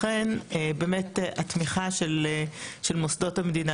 לכן התמיכה של מוסדות המדינה,